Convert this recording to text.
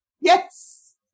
Yes